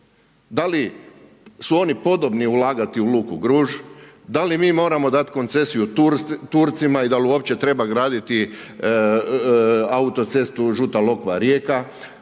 Da li su oni podobni ulagati u luku Gruž, da li mi moramo dati koncesiju Turcima i da li uopće treba graditi autocestu Žuta lokva-Rijeka,